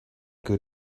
good